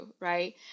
right